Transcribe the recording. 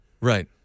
right